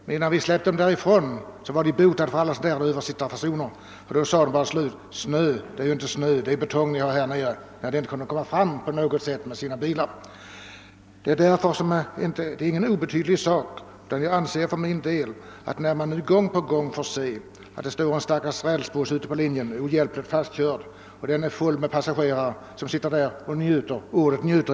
Men innan norrlänningarna reste hem igen var de botade för alla sådana översittarfasoner. Då sade de: Det är ju inte snö ni har här nere, det är betong. Då hade de märkt att de inte på något sätt kunde ta sig fram med sina bilar. Vad jag här påtalat är alltså ingen obetydlig sak. Vi får gång på gång bevittna hur rälsbussar blir stående ute på linjen ohjälpligt fastkörda. Passagerarna får sitta där och »njuta» långa tider.